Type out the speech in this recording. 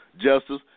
justice